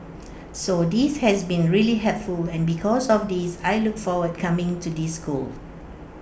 so this has been really helpful and because of this I look forward coming to this school